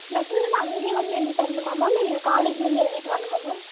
letter வந்து அங்கேயே வந்து எழுதி தரணுமா மேம் இல்லை காலேஜில் இருந்து எழுதிட்டு வரணுமா மேம்